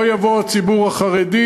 לא יבוא הציבור החרדי,